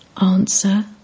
Answer